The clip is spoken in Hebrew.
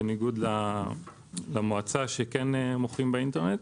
בניגוד למועצה שמוכרים באינטרנט.